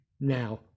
now